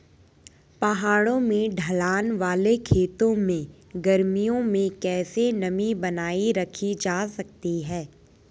पहाड़ों में ढलान वाले खेतों में गर्मियों में कैसे नमी बनायी रखी जा सकती है?